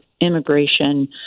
immigration